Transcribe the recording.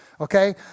Okay